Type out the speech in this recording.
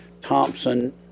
Thompson